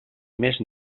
més